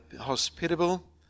hospitable